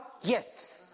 Yes